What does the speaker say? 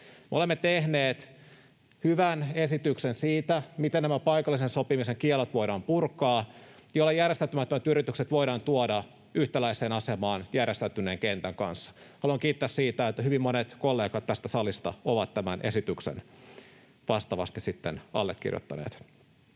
olemme tehneet hyvän esityksen siitä, miten nämä paikallisen sopimisen kiellot voidaan purkaa ja järjestäytymättömät yritykset voidaan tuoda yhtäläiseen asemaan järjestäytyneen kentän kanssa. Haluan kiitää siitä, että hyvin monet kollegat tästä salista ovat tämän esityksen allekirjoittaneet.